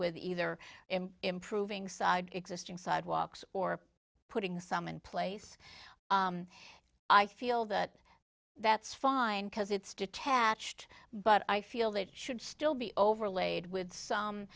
with either improving side existing sidewalks or putting some in place i feel that that's fine because it's detached but i feel that it should still be overlaid with some